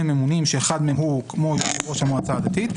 ממונים שאחד מהם הוא כמו יושב-ראש המועצה הדתית,